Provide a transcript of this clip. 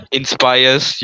inspires